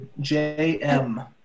JM